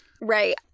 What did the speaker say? right